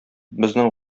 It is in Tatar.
безнең